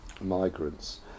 migrants